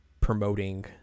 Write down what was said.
promoting